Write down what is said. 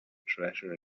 treasure